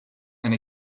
and